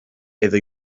edo